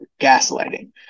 gaslighting